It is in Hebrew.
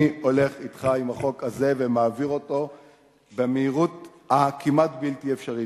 אני הולך אתך עם החוק הזה ומעביר אותו במהירות הכמעט בלתי אפשרית.